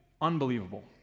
unbelievable